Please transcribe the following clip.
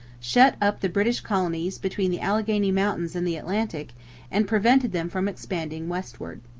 shut up the british colonies between the alleghany mountains and the atlantic and prevented them from expanding westward.